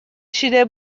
نکشیده